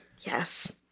yes